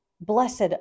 Blessed